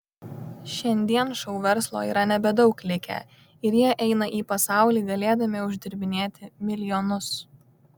šiandien šou verslo yra nebedaug likę ir jie eina į pasaulį galėdami uždirbinėti milijonus